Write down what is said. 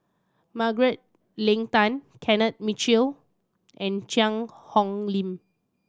Margaret Leng Tan Kenneth Mitchell and Cheang Hong Lim